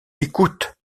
écoute